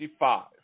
55